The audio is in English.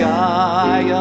Sky